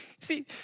See